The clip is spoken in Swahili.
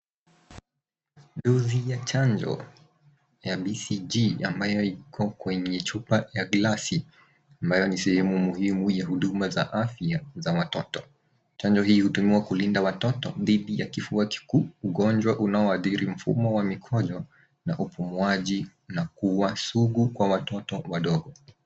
Dozi ya chanjo ya BCG ambayo iko kwenye chupa ya glasi. Ambayo ni sehemu muhimu ya huduma za afya za watoto. Chanjo hii hutumiwa kulinda watoto dhidi ya kifua kikuu, ugonjwa unaoathiri mfumo wa mikonyo na upumuaji na kuwa sugu kwa watoto wadogo.